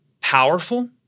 powerful